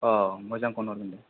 मोजांखौनो हरगोन दे